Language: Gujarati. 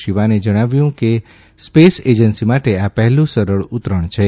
શિવાને જણાવ્યું છે કે સ્પેસ એજન્સી માટે આ પહેલું સરળ ઉતરણ છે